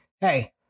Hey